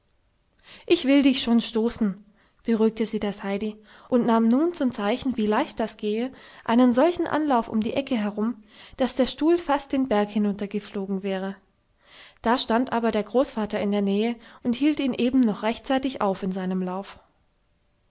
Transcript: ich will dich schon stoßen beruhigte sie das heidi und nahm nun zum zeichen wie leicht das gehe einen solchen anlauf um die ecke herum daß der stuhl fast den berg hinuntergeflogen wäre da stand aber der großvater in der nähe und hielt ihn eben noch rechtzeitig auf in seinem lauf